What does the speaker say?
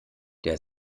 der